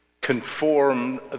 conform